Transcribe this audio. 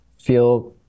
feel